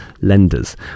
lenders